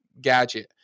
gadget